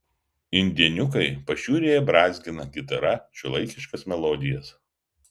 indėniukai pašiūrėje brązgina gitara šiuolaikiškas melodijas